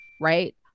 right